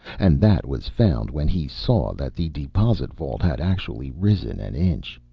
and that was found when he saw that the deposit-vault had actually risen an inch.